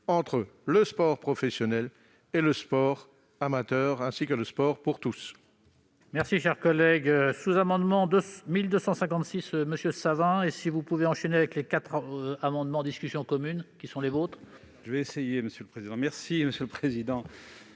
entre le sport professionnel, le sport amateur et le sport pour tous.